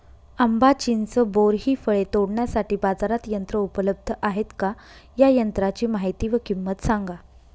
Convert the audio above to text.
आंबा, चिंच, बोर हि फळे तोडण्यासाठी बाजारात यंत्र उपलब्ध आहेत का? या यंत्रांची माहिती व किंमत सांगा?